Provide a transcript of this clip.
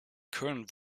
current